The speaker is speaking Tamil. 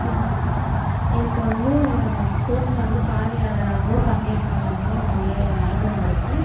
எனக்கு வந்து ஸ்போட்ஸில் வந்து பார்வையாளராகவோ பங்கேற்பாளராகவோ நிறைய அனுபவம் இருக்குது